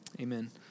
amen